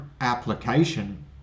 application